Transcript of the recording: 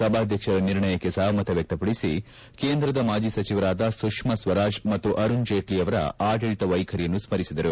ಸಭಾದ್ಯಕ್ಷರ ತಂದಿರುವ ನಿರ್ಣಯಕ್ಕೆ ಸಪಮತ ವ್ಯಕ್ತಪಡಿಸಿ ಕೇಂದ್ರ ಮಾಜಿ ಸಚಿವರಾದ ಸುಪ್ಮಾ ಸ್ವರಾಜ್ ಮತ್ತು ಅರುಣ್ಜೇಟ್ಲ ಆಡಳಿತ ವೈಖರಿಯನ್ನು ಸ್ಮರಿಸಿದರು